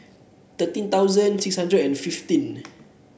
thirteen thousand six hundred and fifteen